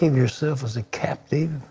yourself as a captive?